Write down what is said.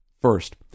First